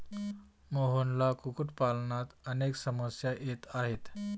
मोहनला कुक्कुटपालनात अनेक समस्या येत आहेत